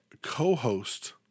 co-host